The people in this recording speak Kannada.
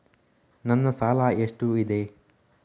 ನನ್ನ ಸಾಲ ಎಷ್ಟು ಇದೆ?